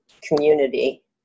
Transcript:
community